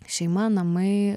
šeima namai